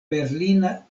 berlina